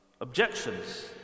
objections